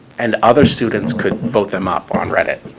and other students could vote them up on reddit,